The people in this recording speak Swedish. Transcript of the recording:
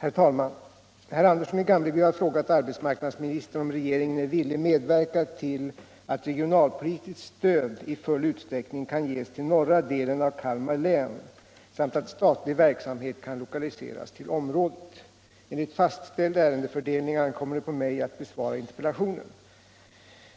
Herr talman! Herr Andersson i Gamleby har frågat arbetsmarknadsministern om regeringen är villig medverka till att regionalpolitiskt stöd i full utsträckning kan ges till norra delen av Kalmar län samt att statlig verksamhet kan lokaliseras till området. Enligt fastställd ärendefördelning ankommer det på mig att besvara interpellationen.